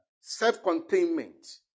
self-containment